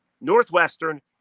Northwestern